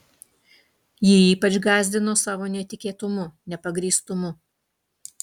ji ypač gąsdino savo netikėtumu nepagrįstumu